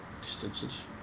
distances